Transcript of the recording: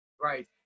Right